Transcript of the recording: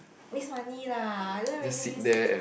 waste money lah I don't really use it